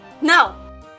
now